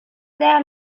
sehr